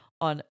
on